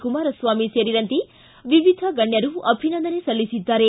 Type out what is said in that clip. ಕುಮಾರಸ್ವಾಮಿ ಸೇರಿದಂತೆ ವಿವಿಧ ಗಣ್ಯರು ಅಭಿನಂದನೆ ಸಲ್ಲಿಸಿದ್ದಾರೆ